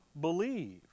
believe